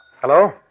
Hello